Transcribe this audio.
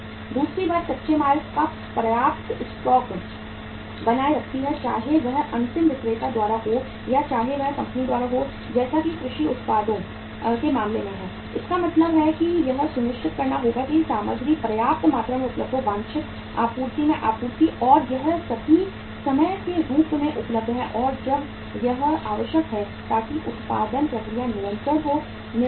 दूसरी बात कच्चे माल का पर्याप्त स्टॉक बनाए रखती है चाहे वह अंतिम विक्रेता द्वारा हो या चाहे वह कंपनी द्वारा हो जैसा कि कृषि उत्पादों के मामले में है इसका मतलब है कि यह सुनिश्चित करना होगा कि सामग्री पर्याप्त मात्रा में उपलब्ध हो वांछित आपूर्ति में आपूर्ति और यह सभी समय के रूप में उपलब्ध है और जब यह आवश्यक है ताकि उत्पादन प्रक्रिया निरंतर हो